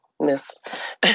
Miss